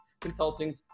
consulting